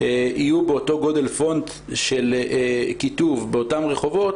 יהיו באותו גודל פונט באותם רחובות,